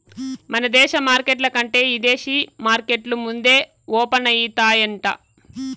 మన దేశ మార్కెట్ల కంటే ఇదేశీ మార్కెట్లు ముందే ఓపనయితాయంట